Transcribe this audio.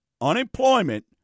unemployment